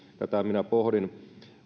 tätä minä pohdin